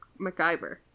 MacGyver